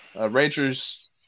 Rangers